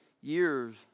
years